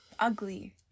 Ugly